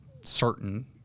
certain